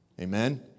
Amen